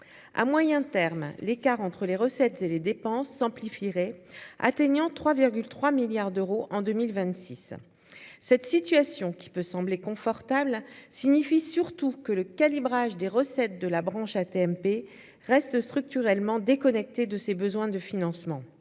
à moyen terme, l'écart entre les recettes et les dépenses s'amplifierait atteignant 3,3 milliards d'euros en 2026 cette situation qui peut sembler confortable signifie surtout que le calibrage des recettes de la branche AT-MP reste structurellement déconnecté de ses besoins de financement,